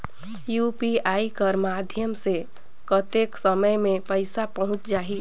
UPI कर माध्यम से कतेक समय मे पइसा पहुंच जाहि?